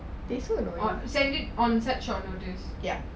send it send it on such short notice